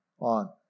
on